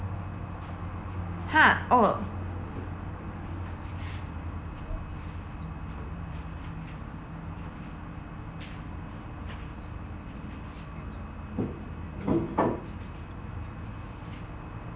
ha oh